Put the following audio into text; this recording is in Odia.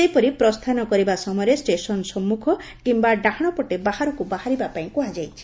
ସେହିପରି ପ୍ରସ୍ଚାନ କରିବା ସମୟରେ ଷେସନ ସମ୍ମୁଖ କିମ୍ୟା ଡାହାଣପଟେ ବାହାରକୁ ବାହାରିବା ପାଇଁ କୁହାଯାଇଛି